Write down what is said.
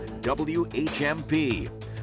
WHMP